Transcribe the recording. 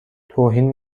توهین